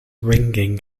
ringing